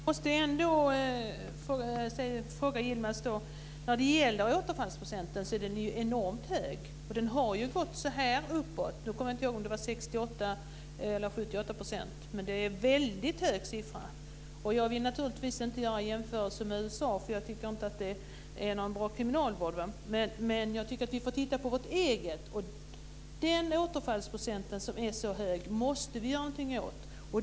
Fru talman! Återfallsprocenten är ju enormt hög. Den har gått uppåt. Jag kommer inte ihåg om det var 68 eller 78 %, men det är en väldigt hög siffra. Jag vill inte göra jämförelser med USA. Jag tycker inte att de har någon bra kriminalvård. Jag tycker att vi ska titta på vår egen. Vi måste göra någonting åt den höga återfallsprocenten.